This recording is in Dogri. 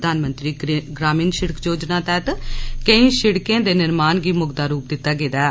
प्रधानमंत्री ग्रामीण सिड़क योजना तैहत केईं सिड़क दे निर्माण गी मुकदा रुप दिता गेआ ऐ